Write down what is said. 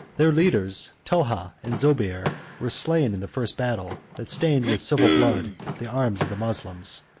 their leaders, telha and zobeir, were slain in the first battle that stained with civil blood the arms of the moslems.